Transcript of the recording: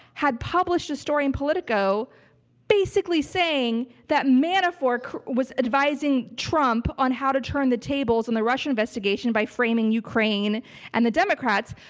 had published a story in politico basically saying that manafort was advising trump on how to turn the tables in the russia investigation by framing ukraine and the democrats.